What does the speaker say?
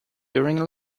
during